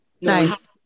Nice